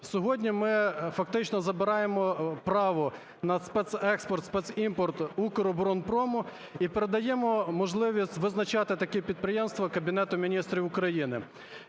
Сьогодні ми фактично забираємо право на спецекспорт, спецімпорт "Укроборонпрому" і передаємо можливість визначати такі підприємства Кабінету Міністрів України.